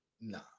No